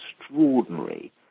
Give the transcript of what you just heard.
extraordinary